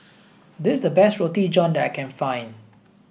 this a best Roti John that I can find